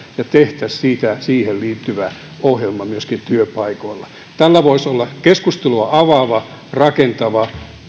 ja tehtäisiin myöskin siihen liittyvä ohjelma työpaikoilla tällä voisi olla keskustelua avaava rakentava